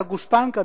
את הגושפנקה,